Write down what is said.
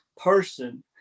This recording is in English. person